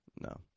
No